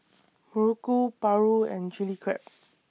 Muruku Paru and Chili Crab